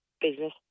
business